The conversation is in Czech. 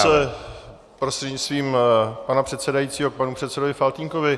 Krátce prostřednictvím pana předsedajícího k panu předsedovi Faltýnkovi.